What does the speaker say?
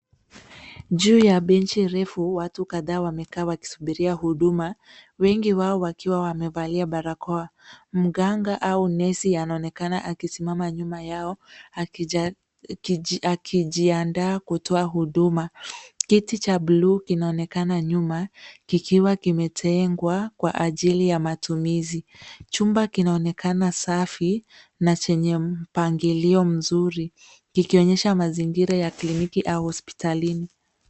Juu ya benchi refu watu kadhaa wamekaa wakisubiria huduma wengi wao wakiwa wamevalia barakoa. Mganga au nesi anaonekana akisimama nyuma yao akijiandaa kutoa huduma. Kiti cha buluu kinaonekana nyuma kikiwa kimetengwa kwa ajili ya matumizi. Chumba kinaonekana safi na chenye mpangilio mzuri, kikionyesha mazingira ya kliniki au hospitalini.